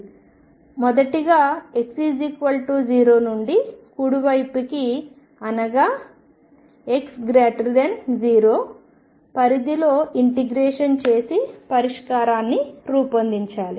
మొదటిగా x0 నుండి కుడివైపుకి అనగా x0 పరిధిలో ఇంటిగ్రేషన్ చేసి పరిష్కారాన్ని రూపొందించాలి